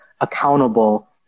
accountable